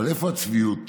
אבל איפה הצביעות